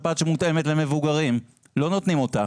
חיסון שפעת שמותאם למבוגרים ולא נותנים אותו.